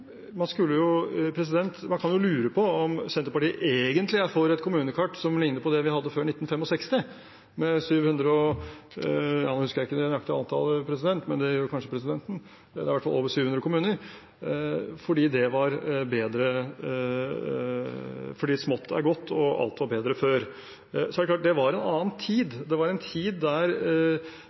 Man kan jo lure på om Senterpartiet egentlig er for et kommunekart som ligner på det vi hadde før 1965 – nå husker jeg ikke det nøyaktige antallet kommuner som var da, men det gjør kanskje presidenten, det var i hvert fall over 700 – fordi smått er godt og alt var bedre før. Men det var en annen tid, f.eks. hadde ikke Aurland veiforbindelse før Oslo Lysverker bygget Hol–Aurland i 1967. Det er den tiden kommunestrukturen fra før 1965 var